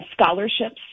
scholarships